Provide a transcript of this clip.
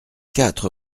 quatre